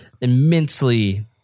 Immensely